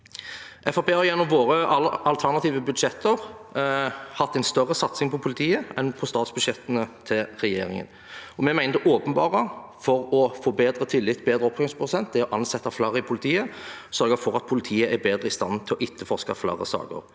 har gjennom våre alternative budsjetter hatt en større satsing på politiet enn statsbudsjettene til regjeringen. Vi mener at det åpenbare for å få bedre tillit og oppklaringsprosent er å ansette flere i politiet og sørge for at politiet er bedre i stand til å etterforske flere saker.